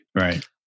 Right